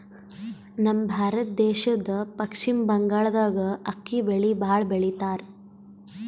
ನಮ್ ಭಾರತ ದೇಶದ್ದ್ ಪಶ್ಚಿಮ್ ಬಂಗಾಳ್ದಾಗ್ ಅಕ್ಕಿ ಬೆಳಿ ಭಾಳ್ ಬೆಳಿತಾರ್